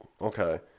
okay